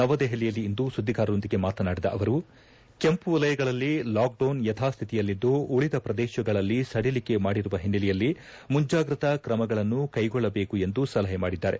ನವದೆಹಲಿಯಲ್ಲಿಂದು ಸುದ್ದಿಗಾರರೊಂದಿಗೆ ಮಾತನಾಡಿದ ಅವರು ಕೆಂಪುವಲಯಗಳಲ್ಲಿ ಲಾಕ್ಡೌನ್ ಯಥಾಸ್ವಿತಿಯಲ್ಲಿದ್ದು ಉಳಿದ ಪ್ರದೇಶಗಳಲ್ಲಿ ಸಡಿಲಿಕೆ ಮಾಡಿರುವ ಹಿನ್ನೆಲೆಯಲ್ಲಿ ಮುಂಜಾಗ್ರತಾ ಕ್ರಮಗಳನ್ನು ಕೈಗೊಳ್ಳಬೇಕು ಎಂದು ಸಲಹೆ ಮಾಡಿದ್ದಾರೆ